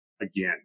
again